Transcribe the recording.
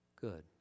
good